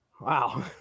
Wow